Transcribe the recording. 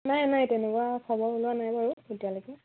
নাই নাই তেনেকুৱা খবৰ ওলোৱা নাই বাৰু এতিয়ালৈকে